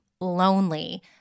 lonely